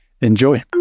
Enjoy